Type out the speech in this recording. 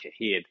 ahead